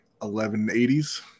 1180s